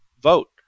vote